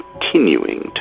continuing